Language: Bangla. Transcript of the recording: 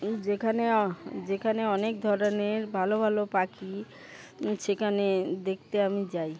যেখানে যেখানে অনেক ধরনের ভালো ভালো পাখি সেখানে দেখতে আমি যাই